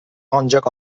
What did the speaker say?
ancak